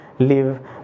live